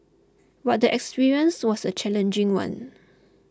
but the experience was a challenging one